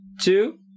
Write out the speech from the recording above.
two